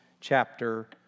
chapter